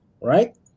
right